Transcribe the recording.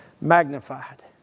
magnified